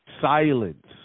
Silence